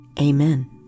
Amen